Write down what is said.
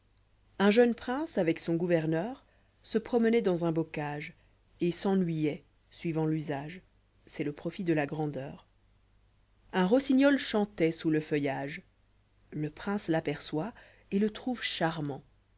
un jeune prince avec son gouverneur se prom'enoit dans un bocage et s'ennuyoit suivant l'usage c'est le profit de la grandeur un rossignol chantait sous le feuillage le prince l'aperçoit et le trouvé charmant